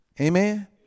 Amen